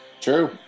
true